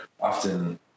often